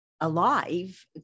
alive